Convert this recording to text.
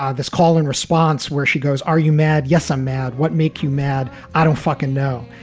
ah this call in response where she goes, are you mad? yes, i'm mad. what make you mad? i don't fucking know.